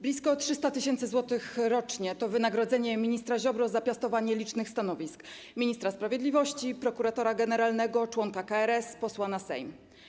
Blisko 300 tys. zł rocznie to wynagrodzenie ministra Ziobry za piastowanie licznych stanowisk: ministra sprawiedliwości, prokuratora generalnego, członka KRS, posła na Sejm.